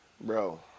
Bro